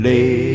Lay